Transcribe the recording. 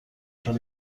چون